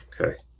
Okay